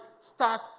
Start